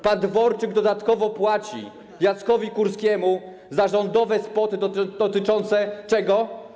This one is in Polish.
Pan Dworczyk dodatkowo płaci Jackowi Kurskiemu za rządowe spoty dotyczące czego?